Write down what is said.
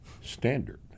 standard